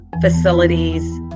facilities